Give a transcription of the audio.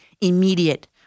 immediate